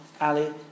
Ali